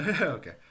Okay